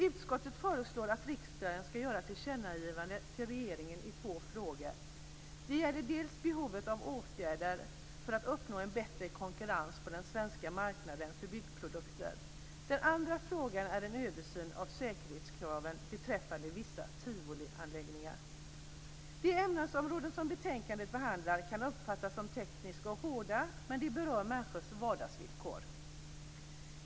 Utskottet föreslår att riksdagen ska göra tillkännagivanden till regeringen i två frågor. Det gäller dels behovet av åtgärder för att uppnå en bättre konkurrens på den svenska marknaden för byggprodukter. Den andra frågan är en översyn av säkerhetskraven beträffande vissa tivolianläggningar. De ämnesområden som betänkandet behandlar kan uppfattas som tekniska och hårda, men de berör människors vardagsvillkor.